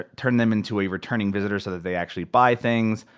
turn them into a returning visitor so that they actually buy things.